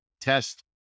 test